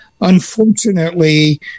Unfortunately